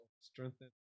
strengthen